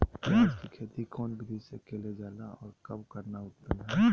प्याज के खेती कौन विधि से कैल जा है, और कब करना उत्तम है?